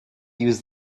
use